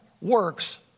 works